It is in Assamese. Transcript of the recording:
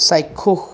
চাক্ষুষ